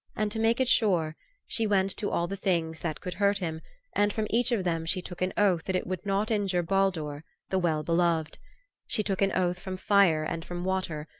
and to make it sure she went to all the things that could hurt him and from each of them she took an oath that it would not injure baldur, the well-beloved. she took an oath from fire and from water,